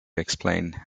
explain